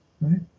right